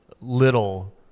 little